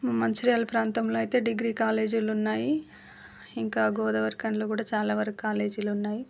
మంచిర్యాల ప్రాంతంలో అయితే డిగ్రీ కాలేజీలున్నాయి ఇంకా గోదావరిఖనిలో కూడా చాలా వరకు కాలేజీలున్నాయి